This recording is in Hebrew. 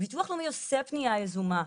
ביטוח לאומי עושה פנייה יזומה.